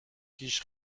پیش